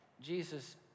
Jesus